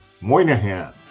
Moynihan